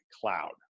cloud